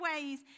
ways